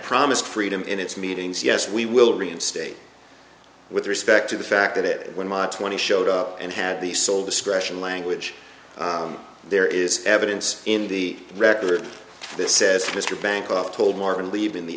promised freedom in its meetings yes we will reinstate with respect to the fact that it when my twenty showed up and had the sole discretion language there is evidence in the record that says mr bancroft told martin leaving the